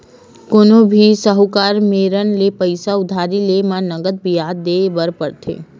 कोनो भी साहूकार मेरन ले पइसा उधारी लेय म नँगत बियाज देय बर परथे